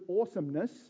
awesomeness